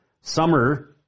summer